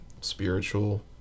spiritual